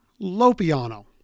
Lopiano